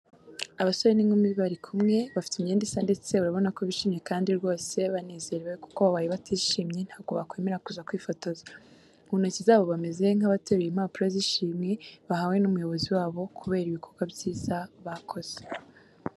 Abasore n'inkumi bari kumwe, bafite imyenda isa ndetse urabona ko bishimye kandi rwose banezerewe kuko babaye batishimye ntabwo bakwemera kuza kwifotoza. Mu ntoki zabo bameze nk'abateruye impapuro z'ishimwe bahawe n'umuyobozi wabo kubera ibikorwa byiza bakoze.